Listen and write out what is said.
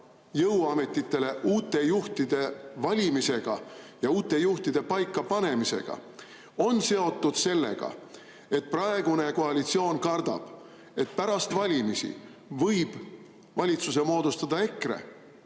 jõuametitele uute juhtide valimisega ja uute juhtide paikapanemisega, on seotud sellega, et praegune koalitsioon kardab, et pärast valimisi võib valitsuse moodustada EKRE